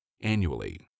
Annually